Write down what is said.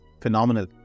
Phenomenal